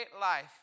life